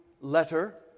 letter